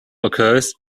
occurs